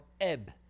ebb